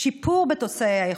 שיפור בתוצאי האיכות,